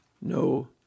no